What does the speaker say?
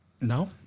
No